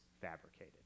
fabricated